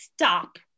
stop